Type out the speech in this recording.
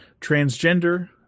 transgender